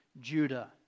Judah